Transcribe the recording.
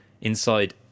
inside